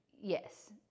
Yes